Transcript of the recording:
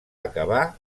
acabar